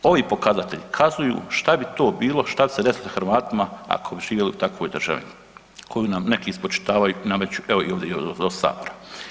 Ovi pokazatelji kazuju šta bi to bilo šta bi se desilo Hrvatima ako bi živjeli u takvoj državi koju nam neki spočitavaju, nameću evo i ovdje od Sabora.